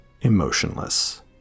emotionless